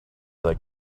that